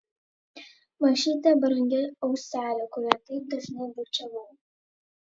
mažytę brangią auselę kurią taip dažnai bučiavau